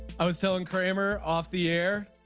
i was telling kramer off the air.